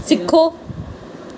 ਸਿੱਖੋ